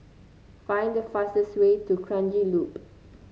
find the fastest way to Kranji Loop